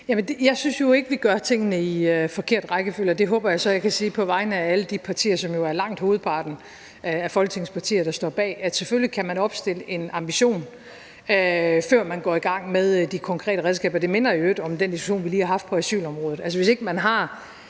Jeg synes jo ikke, vi gør tingene i forkert rækkefølge, og det håber jeg så jeg kan sige på vegne af alle de partier, som jo er langt hovedparten af Folketingets partier, der står bag, for selvfølgelig kan man opstille en ambition, før man går i gang med de konkrete redskaber. Det minder i øvrigt om den diskussion, vi lige har haft på asylområdet; altså, hvis ikke man har